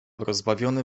rozbawiony